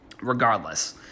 regardless